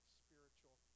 spiritual